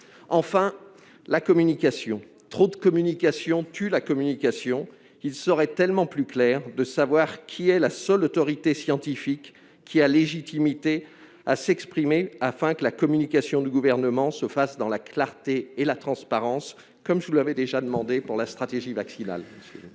Enfin, trop de communication tue la communication. Il serait tellement plus clair de savoir quelle est la seule autorité scientifique ayant légitimité à s'exprimer, afin que la communication du Gouvernement se fasse dans la clarté et la transparence, comme je vous l'ai déjà demandé pour la stratégie vaccinale.